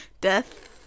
Death